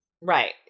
Right